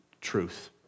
truth